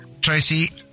Tracy